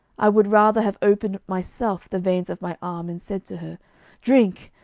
i would rather have opened myself the veins of my arm and said to her drink,